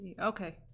Okay